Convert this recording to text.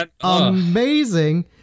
amazing